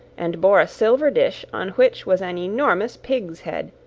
and bore a silver dish, on which was an enormous pig's head,